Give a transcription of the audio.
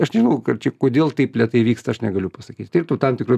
aš nežinau kad čia kodėl taip lėtai vyksta aš negaliu pasakyt taip tų tam tikrų